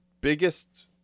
Biggest